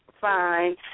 Fine